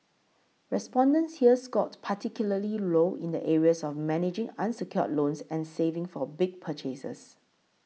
respondents here scored particularly low in the areas of managing unsecured loans and saving for big purchases